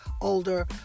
older